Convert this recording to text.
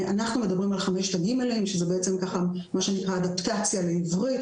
אנחנו מדברים על חמשת הגימלים מה שנקרא אדפטציה לעברית,